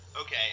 Okay